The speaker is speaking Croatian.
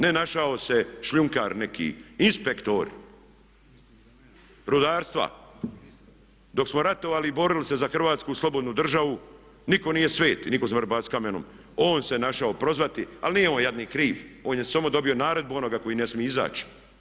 Ne našao se šljunkar neki, inspektor brodarstva, dok smo ratovali i borili se za Hrvatsku slobodnu državu niko nije svet i nitko ne može baciti kamen, on se našao prozvati, ali nije on jadnik kriv on je samo dobio naredbu onoga koji ne smije izaći.